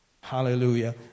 Hallelujah